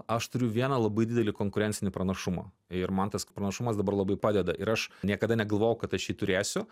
aš turiu vieną labai didelį konkurencinį pranašumą ir man tas pranašumas dabar labai padeda ir aš niekada negalvojau kad aš jį turėsiu